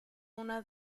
una